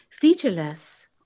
featureless